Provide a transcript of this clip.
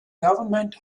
government